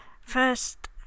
first